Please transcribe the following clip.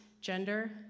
gender